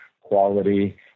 quality